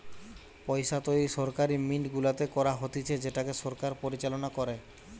পইসা তৈরী সরকারি মিন্ট গুলাতে করা হতিছে যেটাকে সরকার পরিচালনা করে